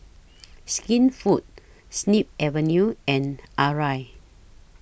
Skinfood Snip Avenue and Arai